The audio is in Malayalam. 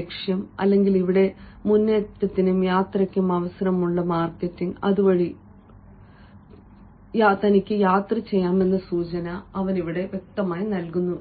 ലക്ഷ്യം അല്ലെങ്കിൽ ഇവിടെ മുന്നേറ്റത്തിനും യാത്രയ്ക്കും അവസരമുള്ള മാർക്കറ്റിംഗ് അതുവഴി അർത്ഥം തനിക്കും യാത്ര ചെയ്യാമെന്ന സൂചന അവൻ നൽകുന്നു